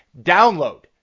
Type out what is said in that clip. Download